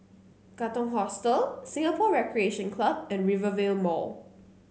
Katong Hostel Singapore Recreation Club and Rivervale Mall